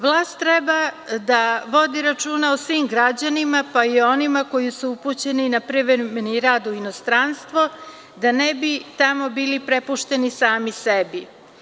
Vlast treba da vodi računa o svim građanima pa i onima koji su upućeni na privremeni rad u inostranstvo, da ne bi tamo bili prepušteni sami sebi.